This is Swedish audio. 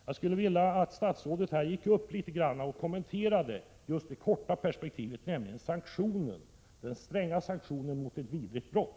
Jag skulle vilja att statsrådet gick upp i talarstolen och något kommenterade just det korta perspektivet, nämligen sanktioner, stränga sanktioner, mot ett vidrigt brott.